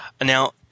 Now